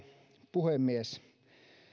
puhemies